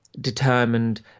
determined